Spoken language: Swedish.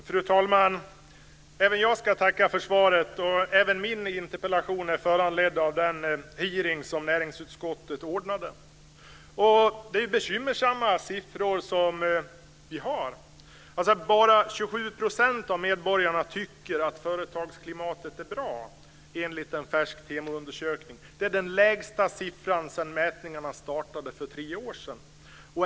Fru talman! Även jag ska tacka för svaret. Även min interpellation är föranledd av den hearing som näringsutskottet anordnade. Det är bekymmersamma siffror som vi har. Bara 27 % av medborgarna tycker att företagsklimatet är bra enligt en färsk Temoundersökning. Det är den lägsta siffran sedan mätningarna startade för tre år sedan.